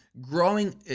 growing